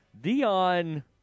Dion